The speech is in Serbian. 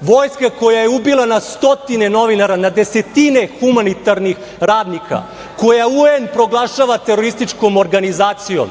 vojska koja je ubila na stotine novinara, na desetine humanitarnih radnika, koja UN proglašava terorističkom organizacijom,